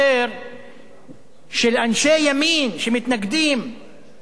שאנשי ימין, שמתנגדים למחאה החברתית,